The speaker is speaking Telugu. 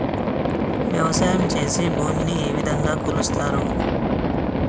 వ్యవసాయం చేసి భూమిని ఏ విధంగా కొలుస్తారు?